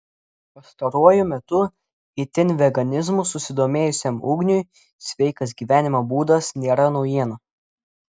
pastaruoju metu itin veganizmu susidomėjusiam ugniui sveikas gyvenimo būdas nėra naujiena